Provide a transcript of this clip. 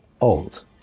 old